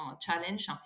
challenge